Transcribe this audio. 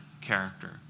character